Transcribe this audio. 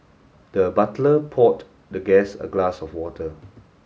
the butler poured the guest a glass of water